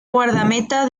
guardameta